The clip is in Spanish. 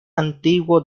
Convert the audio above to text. antiguo